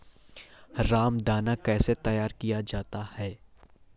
रामदाना कैसे तैयार किया जाता है?